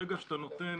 ברגע שאתה נותן